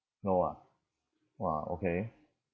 no ah !wah! okay